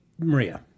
Maria